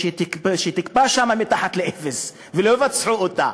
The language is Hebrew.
ושתקפא שם מתחת לאפס ולא יבצעו אותה,